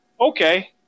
okay